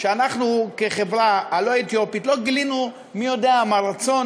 שאנחנו כחברה הלא-אתיופית לא גילינו מי-יודע-מה רצון